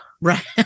Right